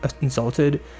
insulted